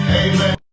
amen